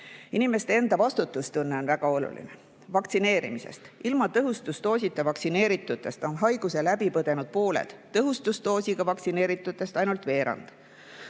enda vastutustunne on väga oluline. Vaktsineerimisest. Ilma tõhustusdoosita vaktsineeritutest on haiguse läbi põdenud pooled, tõhustusdoosiga vaktsineeritutest ainult veerand.